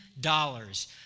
dollars